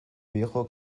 viejo